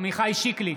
עמיחי שיקלי,